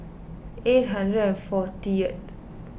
eight hundred and forty